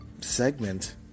segment